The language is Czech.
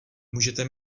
můžete